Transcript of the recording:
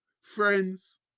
friends